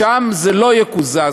שם זה לא יקוזז.